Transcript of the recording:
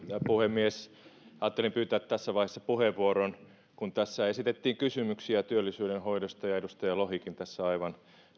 puhemies ajattelin pyytää tässä vaiheessa puheenvuoron kun esitettiin kysymyksiä työllisyyden hoidosta ja edustaja lohikin aivan